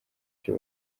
ibyo